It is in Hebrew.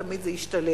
תמיד זה השתלם.